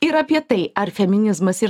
ir apie tai ar feminizmas ir